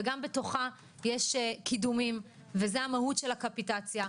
וגם בתוכה יש קידומים וזו המהות של הקפיטציה.